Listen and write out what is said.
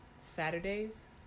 Saturdays